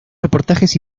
reportajes